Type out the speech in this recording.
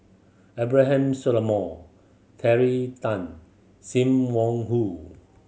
Abraham Solomon Terry Tan Sim Wong Hoo